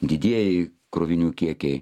didieji krovinių kiekiai